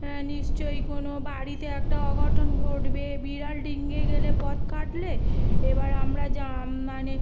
হ্যাঁ নিশ্চই কোনো বাড়িতে একটা অঘটন ঘটবে বিড়াল ডিঙিয়ে গেলে পথ কাটলে এবার আমরা যা মানে